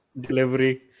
delivery